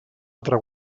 altra